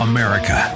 America